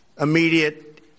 immediate